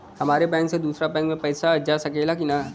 हमारे बैंक से दूसरा बैंक में पैसा जा सकेला की ना?